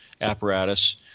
apparatus